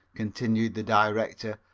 continued the director,